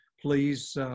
please